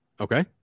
Okay